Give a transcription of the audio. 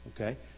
Okay